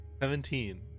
Seventeen